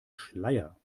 schleier